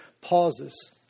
pauses